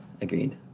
agreed